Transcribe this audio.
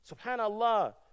Subhanallah